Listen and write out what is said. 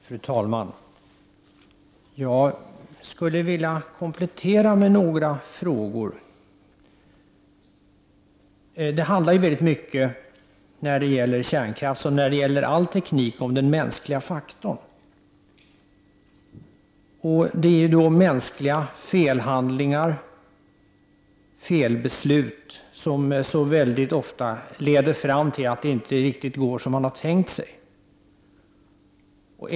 Fru talman! Jag skulle vilja komplettera med några frågor. När det gäller kärnkraft liksom annan teknik handlar det väldigt mycket om den mänskliga faktorn. Det är människans felaktiga handlande och felaktiga beslut som så ofta leder fram till att det inte riktigt går så som man har tänkt sig.